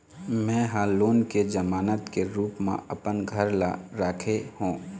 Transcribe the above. में ह लोन के जमानत के रूप म अपन घर ला राखे हों